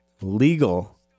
legal